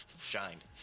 Shined